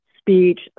speech